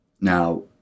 Now